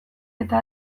eta